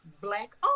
black